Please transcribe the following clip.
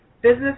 Business